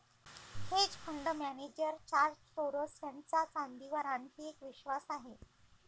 hedge fund manager George Soros यांचा चांदीवर आणखी एक विश्वास आहे